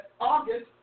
August